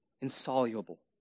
insoluble